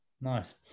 Nice